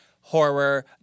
horror